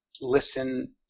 listen